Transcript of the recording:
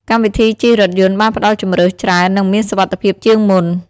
កម្មវិធីជិះរថយន្តបានផ្តល់ជម្រើសច្រើននិងមានសុវត្ថិភាពជាងមុន។